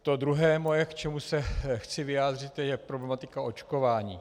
To druhé, k čemu se chci vyjádřit, je problematika očkování.